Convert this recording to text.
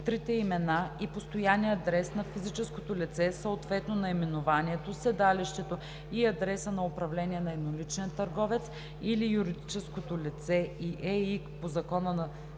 трите имена и постоянният адрес на физическото лице, съответно наименованието, седалището и адреса на управление на едноличния търговец или юридическото лице и ЕИК по Закона за